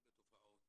להרבה תופעות